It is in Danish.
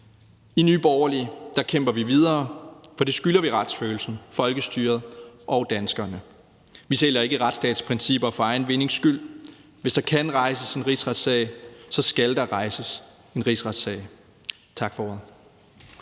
I Nye Borgerlige kæmper vi videre, for det skylder vi retsfølelsen, folkestyret og danskerne. Vi sælger ikke retsstatsprincipper for egen vindings skyld. Hvis der kan rejses en rigsretssag, skal der rejses en rigsretssag. Tak for ordet.